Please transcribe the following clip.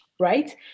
right